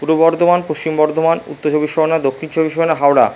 Purba Bardhaman Paschim Bardhaman Uttar Chabbish Pargana Dakshin Chabbish Pargana Howrah